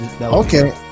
Okay